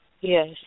Yes